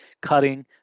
cutting